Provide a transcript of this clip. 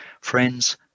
friends